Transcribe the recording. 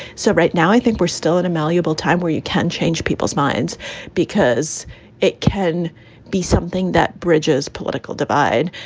so right now, i think we're still at a malleable time where you can change people's minds because it can be something that bridges political divide.